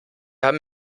haben